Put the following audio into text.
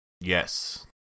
yes